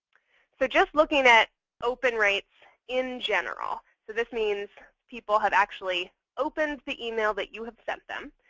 so just looking at open rates in general so this means people have actually opened the email that you have sent them